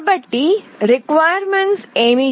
కాబట్టి requirements ఏమిటి